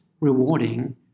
rewarding